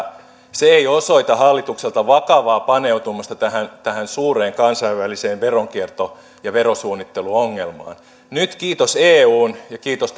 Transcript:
se ei osoita hallitukselta vakavaa paneutumista tähän tähän suureen kansainväliseen veronkierto ja verosuunnitteluongelmaan nyt kiitos eun ja kiitos